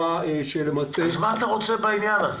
אז מה אתה רוצה בעניין הזה?